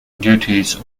duties